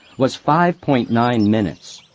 was five point nine minutes.